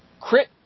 Crit